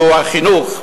והוא החינוך.